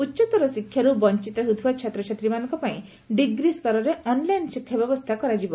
ଉଚ୍ଚତର ଶିକ୍ଷାର ବଞ୍ଚିତ ହେଉଥିବା ଛାତ୍ରଛାତ୍ରୀମାନଙ୍କ ପାଇଁ ଡିଗ୍ରୀ ସ୍ତରେ ଅନ୍ଲାଇନ ଶିକ୍ଷା ବ୍ୟବସ୍କା କରାଯିବ